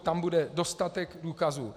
Tam bude dostatek důkazů.